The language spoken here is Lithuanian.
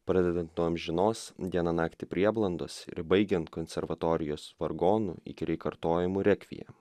pradedant nuo amžinos dieną naktį prieblandos ir baigiant konservatorijos vargonų įkyriai kartojamu rekviem